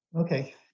Okay